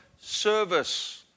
service